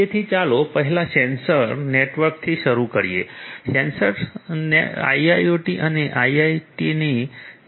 તેથી ચાલો પહેલા સેન્સર નેટવર્કથી શરૂ કરીએ સેન્સર્સએ આઇઓટી અને આઇઆઇઓટીની ચાવી છે